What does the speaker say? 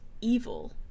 evil